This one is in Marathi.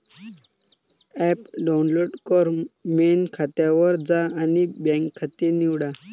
ॲप डाउनलोड कर, मेन खात्यावर जा आणि बँक खाते निवडा